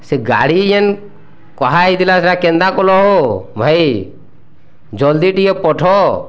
ସେ ଗାଡ଼ି ଯେନ୍ କୁହା ହୋଇଥିଲା କେନ୍ତା କଲ ହୋ ଭାଇ ଜଲ୍ଦି ଟିକେ ପଠ